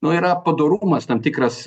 nu yra padorumas tam tikras